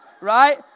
Right